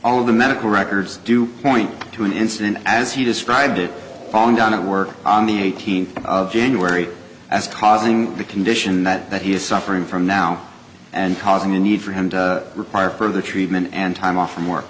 all of the medical records do point to an incident as he described it falling down at work on the eighteenth of january as causing the condition that he is suffering from now and causing a need for him to require further treatment and time off